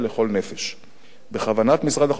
בכוונת משרד החקלאות ופיתוח הכפר להמשיך